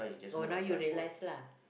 oh now you relax lah